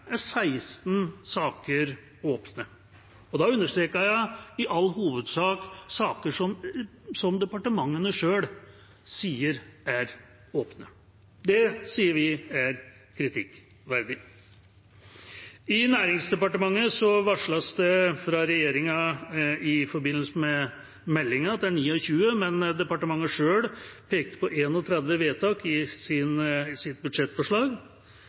all hovedsak er saker som departementene sjøl sier er åpne. Det sier vi er kritikkverdig. I Næringsdepartementet varsles det fra regjeringa i forbindelse med meldinga at det er 29 vedtak, men departementet sjøl pekte på 31 i sin